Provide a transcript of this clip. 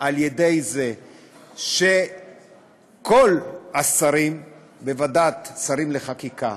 על-ידי זה שכל השרים בוועדת שרים לחקיקה,